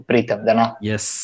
Yes